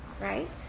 right